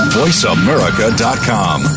voiceamerica.com